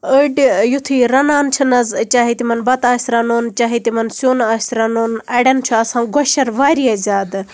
أڑۍ یِتھُے رَنان چھِ نہ حظ چاہے تِمن بَتہٕ آسہِ رَنُن چاہے تِمن سیُن آسہِ رَنُن اَڑٮ۪ن چھُ آسان گۄشیٚر واریاہ زیادٕ